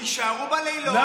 תישארו בלילות ותעזרו.